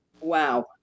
Wow